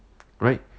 right